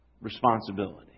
responsibility